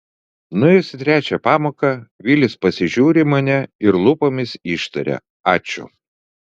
nuėjus į trečią pamoką vilis pasižiūri į mane ir lūpomis ištaria ačiū